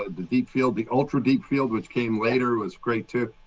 the deep field, the ultra deep field, which came later, was great, too.